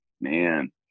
Man